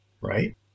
Right